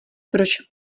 proč